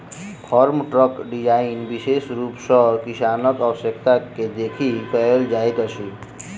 farm ट्रकक design विशेष रूप सॅ किसानक आवश्यकता के देखि कयल जाइत अछि